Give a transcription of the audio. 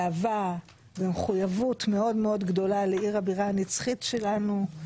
באהבה ומחויבות מאוד-מאוד גדולה לעיר הבירה הנצחית שלנו.